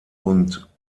und